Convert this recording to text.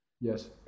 Yes